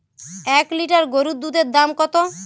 এক লিটার গোরুর দুধের দাম কত?